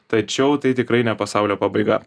tačiau tai tikrai ne pasaulio pabaiga